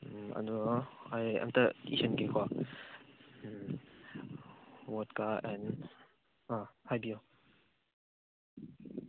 ꯎꯝ ꯑꯗꯣ ꯑꯩ ꯎꯝꯇ ꯏꯁꯤꯟꯒꯦꯀꯣ ꯎꯝ ꯕꯣꯠꯀꯥ ꯑꯦꯟ ꯑꯥ ꯍꯥꯏꯕꯨꯌꯣ